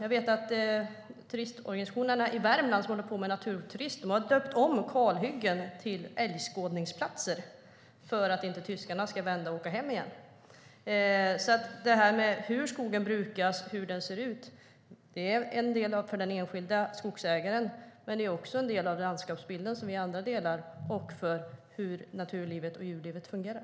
De turistorganisationer i Värmland som håller på med naturturism har döpt om kalhyggen till älgskådningsplatser för att tyskarna inte ska vända och åka hem igen. Hur skogen brukas och hur den ser ut är delvis en fråga för den enskilda skogsägaren, men det handlar också om den landskapsbild vi alla delar och om hur naturlivet och djurlivet fungerar.